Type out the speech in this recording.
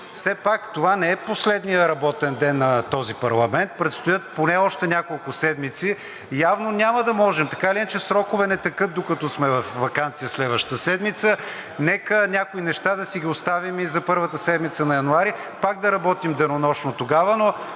все пак това не е последният работен ден на този парламент, предстоят поне още няколко седмици и явно няма да можем – така или иначе срокове не текат, докато сме във ваканция следващата седмица, нека някои неща да си ги оставим и за първата седмица на януари, пак да работим денонощно тогава, но